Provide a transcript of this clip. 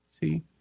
See